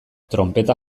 tronpeta